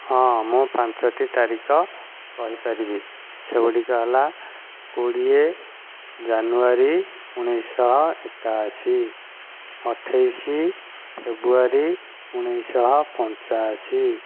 ହଁ ମୁଁ ପାଞ୍ଚଟି ତାରିଖ କହିପାରିବି ସେଗୁଡ଼ିକ ହେଲା କୋଡ଼ିଏ ଜାନୁଆରୀ ଉଣେଇଶହ ଏକାଅଶି ଅଠେଇଶ ଫେବୃଆରୀ ଉଣେଇଶହ ପଞ୍ଚାଅଶି